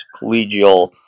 collegial